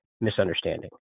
misunderstanding